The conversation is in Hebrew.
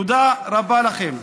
תודה רבה לכם.